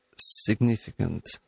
significant